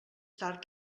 tard